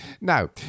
Now